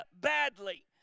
badly